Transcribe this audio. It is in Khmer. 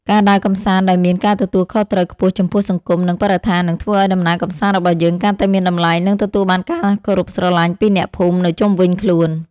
ការដើរកម្សាន្តដោយមានការទទួលខុសត្រូវខ្ពស់ចំពោះសង្គម និង បរិស្ថាននឹងធ្វើឱ្យដំណើរកម្សាន្តរបស់យើងកាន់តែមានតម្លៃ និង ទទួលបានការគោរពស្រឡាញ់ពីអ្នកភូមិនៅជុំវិញខ្លួន។